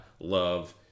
Love